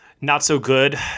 not-so-good